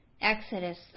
Exodus